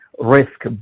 risk